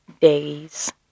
days